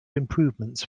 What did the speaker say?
improvements